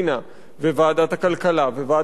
ועדת הכלכלה וועדות אחרות,